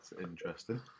interesting